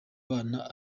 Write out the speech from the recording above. bana